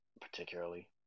particularly